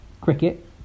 cricket